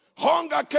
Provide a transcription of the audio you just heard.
Hunger